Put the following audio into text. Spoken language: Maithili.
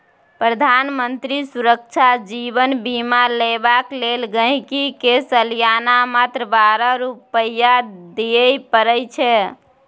प्रधानमंत्री सुरक्षा जीबन बीमा लेबाक लेल गांहिकी के सलियाना मात्र बारह रुपा दियै परै छै